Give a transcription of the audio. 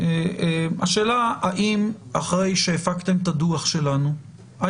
השאלה היא אם אחרי שהפקתם את הדוח שלנו אתה